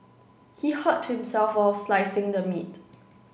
he hurt himself while slicing the meat